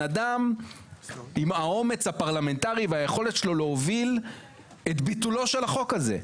אדם עם האומץ הפרלמנטרי והיכולת שלו להוביל את ביטולו של החוק הזה.